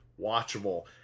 watchable